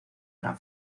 gran